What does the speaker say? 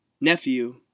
nephew